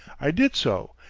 i did so,